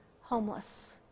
homeless